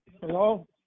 Hello